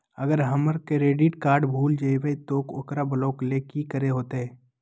अगर हमर credit card भूल जइबे तो ओकरा ब्लॉक लें कि करे होते?